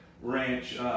ranch